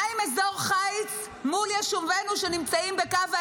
מה עם אזור חיץ מול יישובינו שנמצאים בקו העימות?